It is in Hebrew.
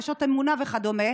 נשות אמונה וכדומה,